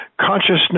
consciousness